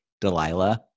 Delilah